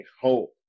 hope